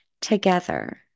together